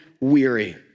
weary